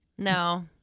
No